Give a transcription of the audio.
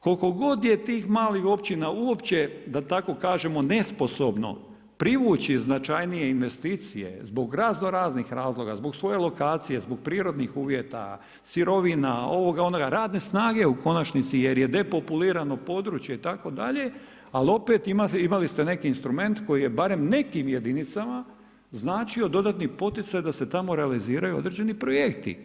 Koliko god je tih malih općina uopće da tako kažemo nesposobno privući najznačajnije investicije zbog raznoraznih razloga, zbog svoje lokacije, zbog prirodnih uvjeta, sirovina, ovoga, onoga, radne snage u konačnici jer je depopulirano područje itd., ali opet imali ste neki instrument koji je barem nekim jedinicama značio dodatni poticaj da se tamo realiziraju određeni projekti.